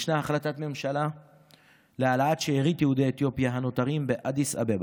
ישנה החלטת ממשלה להעלאת שארית יהודי אתיופיה הנותרים באדיס אבבה,